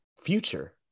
future